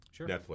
Netflix